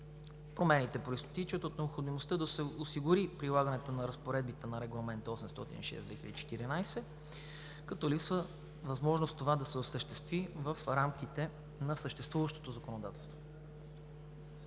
Промените произтичат от необходимостта да се осигури прилагането на разпоредбите на Регламент № 806/2014, като липсва възможност това да се осъществи в рамките на съществуващото законодателство.